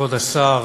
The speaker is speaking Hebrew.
כבוד השר,